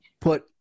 put